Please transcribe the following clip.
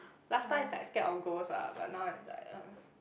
last time is like scared of ghost lah but now is like uh